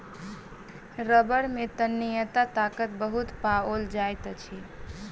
रबड़ में तन्यता ताकत बहुत पाओल जाइत अछि